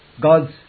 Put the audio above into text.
God's